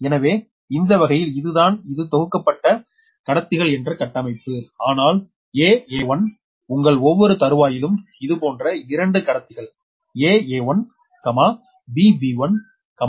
எனவே இந்த வகையில் இதுதான் இது தொகுக்கப்பட்ட கடத்திகள் என்ற கட்டமைப்பு ஆனால் aa1 உங்கள் ஒவ்வொரு தறுவாயிலும் இதுபோன்ற 2 கடத்திகள் aa1 bb1 cc1